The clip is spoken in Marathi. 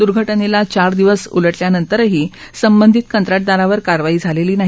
दुर्घटनेला चार दिवस उलटल्यानंतरही संबंधित कंत्राटदारावर कारवाई झालेली नाही